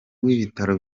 w’ibitaro